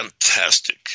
fantastic